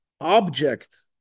object